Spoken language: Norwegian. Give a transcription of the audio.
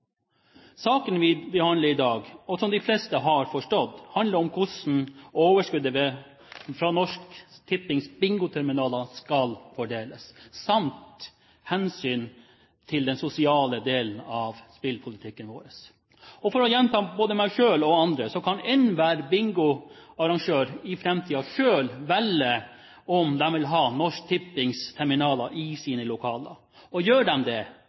Saken vi behandler i dag, handler, som de fleste har forstått, om hvordan overskuddet fra Norsk Tippings bingoterminaler skal fordeles samt om hensyn til den sosiale delen av spillpolitikken vår. For å gjenta både meg selv og andre: Enhver bingoarrangør kan i framtiden selv velge om de vil ha Norsk Tippings terminaler i sine lokaler. Gjør de det,